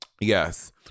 Yes